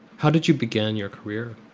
how did you begin your career?